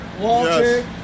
Walter